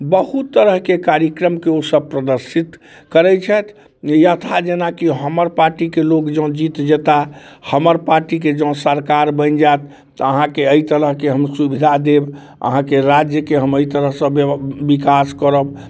बहुत तरहके कार्यक्रमके ओ सब प्रदर्शित करै छथि यथा जेना की हमर पार्टीके लोक जँ जीत जेता हमर पार्टीके जँ सरकार बनि जायत तऽ अहाँके अइ तरहके हम सुविधा देब अहाँके राज्यके हम अइ तरहसँ विकास करब